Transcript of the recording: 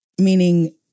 meaning